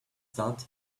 start